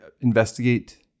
investigate